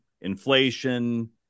inflation